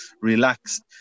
relaxed